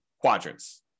quadrants